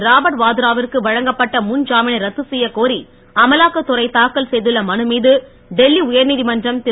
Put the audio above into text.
Robert Vadra விற்கு வழங்கப்பட்ட முன் ஜாமீனை ரத்து செய்யக் கோரி அமலாக்கத்துறை தாக்கல் செய்துள்ள மனு மீது டெல்லி உயர்நீதிமன்றம் திரு